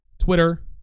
Twitter